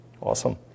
Awesome